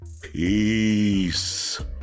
Peace